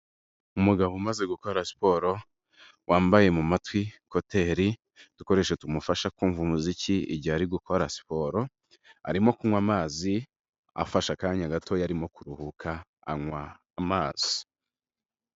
Umugabo umaze gukora siporo wambaye mu matwi kuteri, udukoresho tumufasha kumva umuziki igihe ari gukora siporo, arimo kunywa amazi, afashe akanya gatoya arimo kuruhuka anywa amazi.